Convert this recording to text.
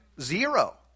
Zero